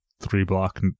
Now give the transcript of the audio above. three-block